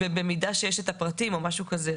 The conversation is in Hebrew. ובמידה ויש את הפרטים, או משהו כזה.